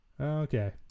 Okay